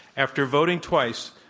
after voting twice,